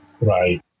right